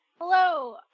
Hello